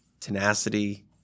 tenacity